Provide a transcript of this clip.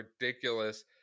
ridiculous